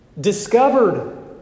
discovered